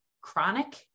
chronic